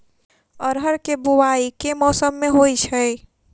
अरहर केँ बोवायी केँ मौसम मे होइ छैय?